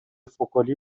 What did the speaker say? فکلی